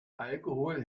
alkohol